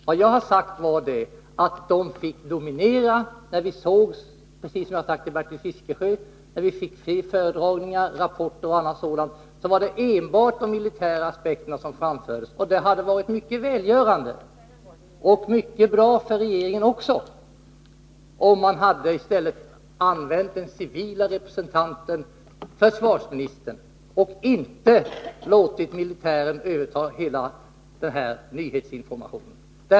Vad jag har sagt är att de militära aspekterna fick dominera vid föredragningar, i rapporter etc. Det är precis vad jag har sagt till Bertil Fiskesjö. Det hade varit mycket välgörande och mycket bra för regeringen också, om man i stället hade använt den civila representanten, försvarsministern, och inte låtit militären överta hela nyhetsinformationen.